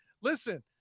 listen